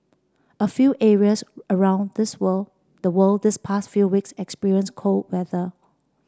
a few areas around this world the world this pass few weeks experience cold weather